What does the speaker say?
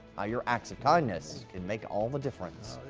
i are acts of kindness and make all the difference.